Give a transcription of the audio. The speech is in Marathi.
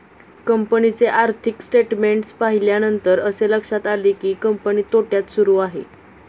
कंपनीचे आर्थिक स्टेटमेंट्स पाहिल्यानंतर असे लक्षात आले की, कंपनी तोट्यात सुरू आहे